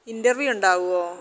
interview ഉണ്ടാവുമോ